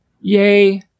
yay